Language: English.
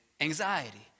anxiety